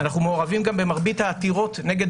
אנחנו מעורבים גם במרבית העתירות נגד